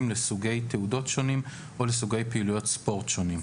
לסוגי תעודות שונים או לסוגי פעילויות ספורט שונים.